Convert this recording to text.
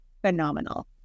phenomenal